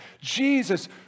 Jesus